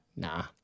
Nah